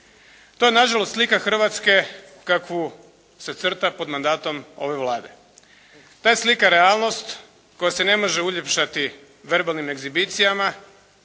Ta na žalost slika Hrvatske kakvu se crta pod mandatom ove Vlade. Ta je slika realnost koja se ne može uljepšati verbalnim egzibicijama